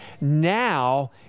now